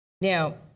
Now